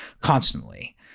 constantly